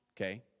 Okay